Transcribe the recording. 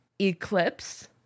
Eclipse